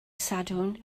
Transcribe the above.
sadwrn